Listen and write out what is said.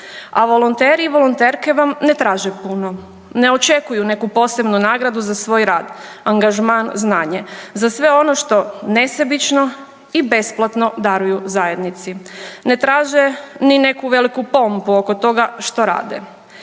A volonteri i volonterke vam ne traže puno, ne očekuju neku posebno nagradu za svoj rad, angažman, znanje, za sve ono što nesebično i besplatno daruju zajednici. Ne traže ni neku veliku pompu oko toga što rade,